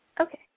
Okay